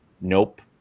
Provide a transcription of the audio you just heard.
nope